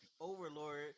Overlord